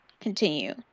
continue